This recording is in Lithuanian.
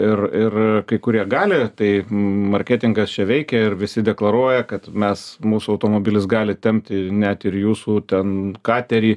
ir ir kai kurie gali tai marketingas čia veikia ir visi deklaruoja kad mes mūsų automobilis gali tempti net ir jūsų ten katerį